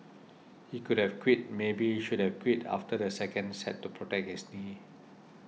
he could have quit maybe should have quit after the second set to protect his knee